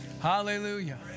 Hallelujah